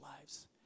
lives